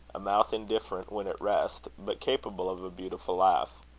a mouth indifferent when at rest, but capable of a beautiful laugh.